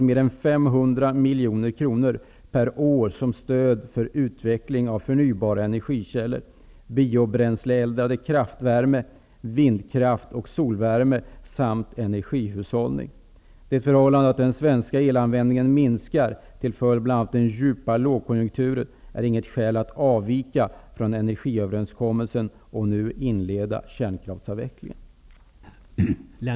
För närvarande satsas mer än 500 Det förhållandet att den svenska elanvändningen minskar till följd av bl.a. en djup lågkonjunktur är inget skäl att avvika från energiöverenskommelsen och nu inleda kärnkraftsavvecklingen.